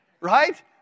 right